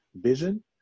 vision